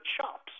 chops